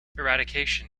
eradication